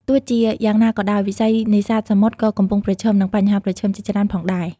ទោះជាយ៉ាងណាក៏ដោយ វិស័យនេសាទសមុទ្រក៏កំពុងប្រឈមមុខនឹងបញ្ហាប្រឈមជាច្រើនផងដែរ។